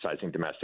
domestic